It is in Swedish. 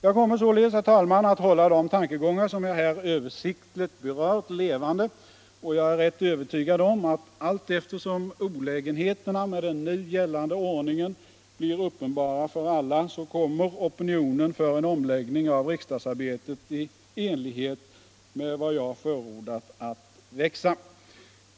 Jag kommer således, herr talman, att hålla de tankegångar som jag här översiktligt berört levande, och jag är rätt övertygad om att allteftersom olägenheterna med den nu gällande ordningen blir uppenbara för alla kommer opinionen för en omläggning av riksdagsarbetet i enlighet med vad jag förordat att växa.